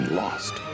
lost